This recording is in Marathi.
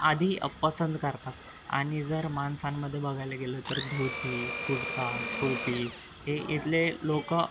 आधी पसंत करतात आणि जर माणसांमध्ये बघायला गेलं तर धोती कुर्ता टोपी हे इथले लोक